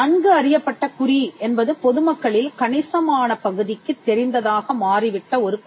நன்கு அறியப்பட்ட குறி என்பது பொது மக்களில் கணிசமான பகுதிக்குத் தெரிந்ததாக மாறிவிட்ட ஒரு குறி